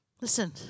Listen